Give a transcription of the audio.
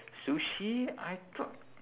sushi I thought